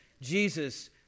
Jesus